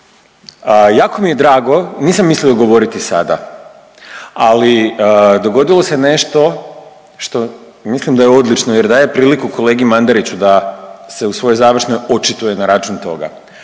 Jako mi je drago nisam mislio govoriti sada, ali dogodilo se nešto što mislim da je odlično jer daje priliku kolegi Mandariću da se u svojoj završnoj očituje na račun toga.